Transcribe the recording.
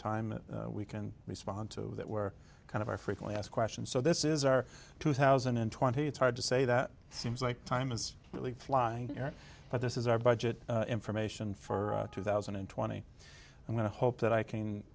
time we can respond to that were kind of our frequently asked questions so this is our two thousand and twenty it's hard to say that seems like time is really flying but this is our budget information for two thousand and twenty i'm going to hope that i can